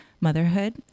Motherhood